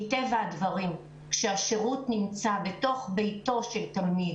מטבע הדברים כשהשירות נמצא בתוך ביתו של תלמיד